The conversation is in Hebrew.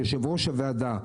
יו"ר הוועדה,